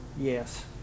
Yes